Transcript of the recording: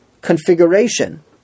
configuration